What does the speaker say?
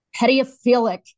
pedophilic